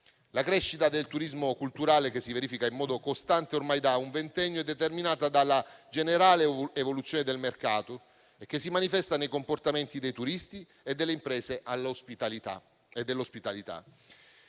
La crescita del turismo culturale che si verifica in modo costante ormai da un ventennio è determinata dalla generale evoluzione del mercato e si manifesta nei comportamenti dei turisti e delle imprese dell'ospitalità.